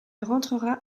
rentrera